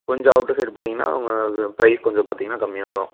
கொஞ்சம் outer side போனீங்கன்னால் அங்கே க ப்ரைஸ் கொஞ்சம் பார்த்தீங்கன்னா கம்மியாக வரும்